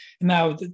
Now